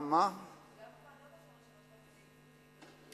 גם בוועדות אפשר לשנות כל מיני עדכונים.